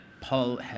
Paul